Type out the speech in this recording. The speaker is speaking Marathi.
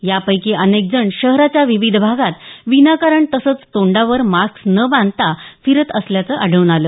यापैकी अनेकजण शहराच्या विविध भागात विनाकारण तसंच तोंडावर मास्क न बांधता फिरत असल्याचं आढळून आलं